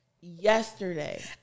Yesterday